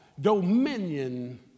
dominion